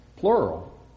plural